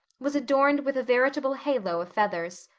was adorned with a veritable halo of feathers.